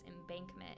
embankment